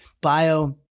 bio